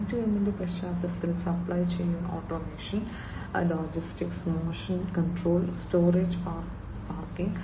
M2M ന്റെ പശ്ചാത്തലത്തിൽ supply chain automation logistics motion control storage parking